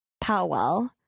Powell